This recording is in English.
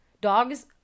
Dogs